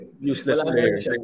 useless